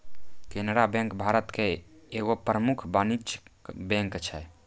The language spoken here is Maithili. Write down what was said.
केनरा बैंक भारत के एगो प्रमुख वाणिज्यिक बैंक छै